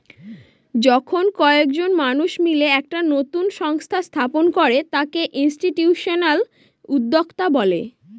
যখন কয়েকজন মানুষ মিলে একটা নতুন সংস্থা স্থাপন করে তাকে ইনস্টিটিউশনাল উদ্যোক্তা বলে